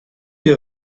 des